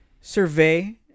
Survey